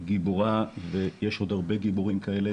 היא גיבורה ויש עוד הרבה גיבורים כאלה